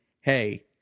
Hey